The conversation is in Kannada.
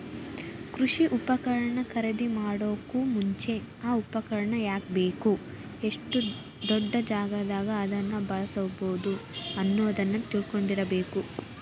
ಕೃಷಿ ಉಪಕರಣ ಖರೇದಿಮಾಡೋಕು ಮುಂಚೆ, ಆ ಉಪಕರಣ ಯಾಕ ಬೇಕು, ಎಷ್ಟು ದೊಡ್ಡಜಾಗಾದಾಗ ಅದನ್ನ ಬಳ್ಸಬೋದು ಅನ್ನೋದನ್ನ ತಿಳ್ಕೊಂಡಿರಬೇಕು